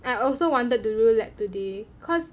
I also wanted to do lab today because